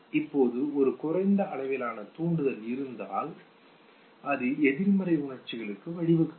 இப்போது ஒரு குறைந்த அளவிலான தூண்டுதல் இருந்தால் அது எதிர்மறை உணர்ச்சிகளுக்கு வழிவகுக்கும்